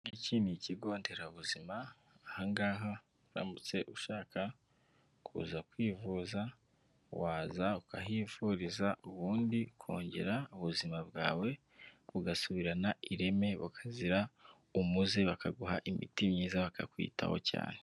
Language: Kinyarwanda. Iki ni ikigo nderabuzima, aha ngaha uramutse ushaka kuza kwivuza, waza ukahifuriza ubundi kongera ubuzima bwawe bugasubirana ireme, bukazira umuze bakaguha imiti myiza bakakwitaho cyane.